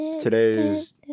today's